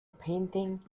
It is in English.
paintings